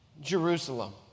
Jerusalem